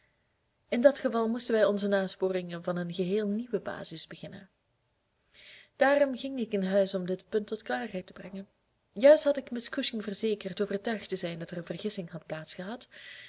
in dat geval moesten wij onze nasporingen van een geheel nieuwe basis beginnen daarom ging ik in huis om dit punt tot klaarheid te brengen juist had ik miss cushing verzekerd overtuigd te zijn dat er een vergissing had